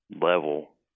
level